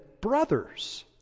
brothers